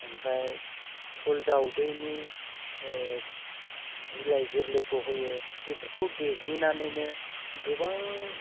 आमफ्राय फुल दावदैनि बिलाइ गोरलैखौ होयो बेफोरखौ देग्लिनानैनो गोबां